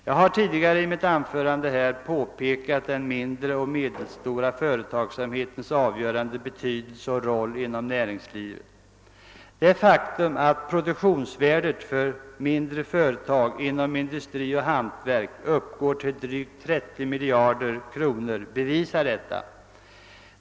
Jag har tidigare i mitt anförande påpekat den mindre och medelstora företagsamhetens avgörande betydelse och roll inom näringslivet. Det faktum att produktionsvärdet för mindre företag inom industri och hantverk uppgår till drygt 30 miljarder kronor bevisar detta.